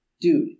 Dude